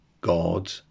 God